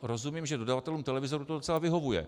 Rozumím, že dodavatelům televizorů to docela vyhovuje.